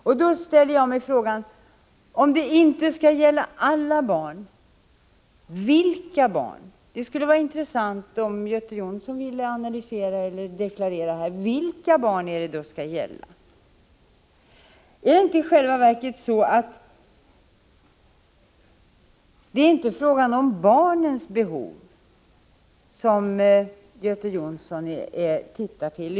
Till Göte Jonsson vill jag säga att om det inte skall gälla alla barn vore det intressant om han ville deklarera vilka barn det skall gälla. Är det i själva verket så att det inte är barnens behov som Göte Jonsson utgår från?